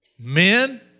Men